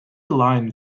line